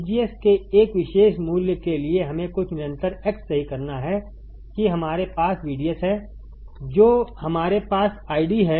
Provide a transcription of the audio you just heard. VGS के एक विशेष मूल्य के लिए हमें कुछ निरंतर x सही कहना है कि हमारे पास VDS है जो हमारे पास आईडी है